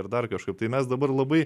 ar dar kažkaip tai mes dabar labai